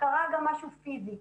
קרה גם משהו פיזי.